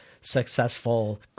successful